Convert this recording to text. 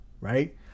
Right